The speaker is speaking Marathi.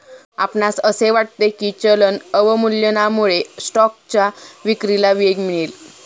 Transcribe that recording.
आपणास असे वाटते की चलन अवमूल्यनामुळे स्टॉकच्या विक्रीला वेग मिळेल?